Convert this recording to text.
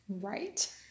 Right